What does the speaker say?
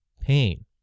pain